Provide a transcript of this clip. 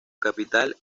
capital